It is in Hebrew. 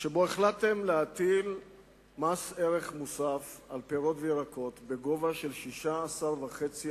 שבו החלטתם להטיל מס ערך מוסף על פירות וירקות בגובה של 16.5%,